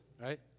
right